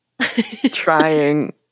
trying